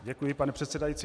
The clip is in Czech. Děkuji, pane předsedající.